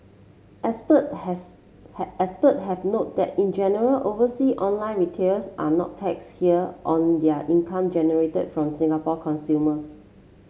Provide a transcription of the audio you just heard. expert has expert have noted that in general oversea online retailers are not taxed here on their income generated from Singapore consumers